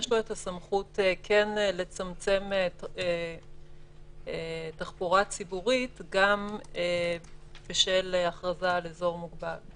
יש לו את הסמכות כן לצמצם תחבורה ציבורית גם בשל הכרזה על אזור מוגבל.